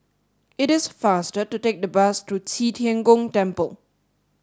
it is faster to take the bus to Qi Tian Gong Temple